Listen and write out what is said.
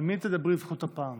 על מי תלמדי זכות הפעם?